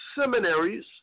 seminaries